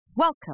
Welcome